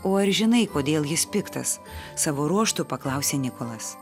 o ar žinai kodėl jis piktas savo ruožtu paklausė nikolas